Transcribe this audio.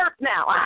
now